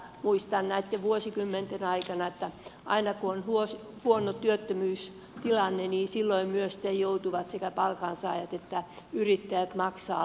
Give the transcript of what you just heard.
muistan näitten vuosikymmenten aikana että aina kun on huono työttömyystilanne niin silloin myös sitten joutuvat sekä palkansaajat että yrittäjät maksamaan lisää työttömyysvakuutusmaksuja